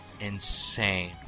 insane